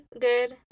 good